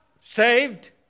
saved